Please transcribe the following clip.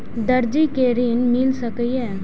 दर्जी कै ऋण मिल सके ये?